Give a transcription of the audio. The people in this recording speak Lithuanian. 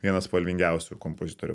vienas spalvingiausių kompozitorių